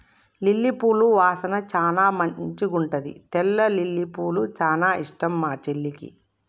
lily పూల వాసన చానా మంచిగుంటది తెల్ల లిల్లీపూలు చానా ఇష్టం మా చెల్లికి